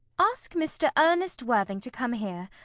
ask mr. ernest worthing to come here.